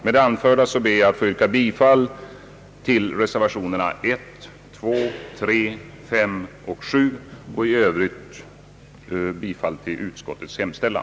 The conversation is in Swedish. Med det anförda ber jag att få yrka bifall till reservationerna 1, 2, 3, 5 och 7 och i övrigt bifall till utskottets hemställan.